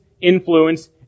influence